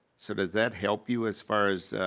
so does that help you as far as